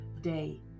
day